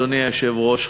אדוני היושב-ראש,